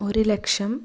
ഒരു ലക്ഷം